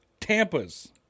Tampa's